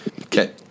Okay